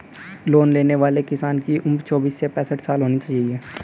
loan लेने वाले किसान की उम्र चौबीस से पैंसठ साल होना चाहिए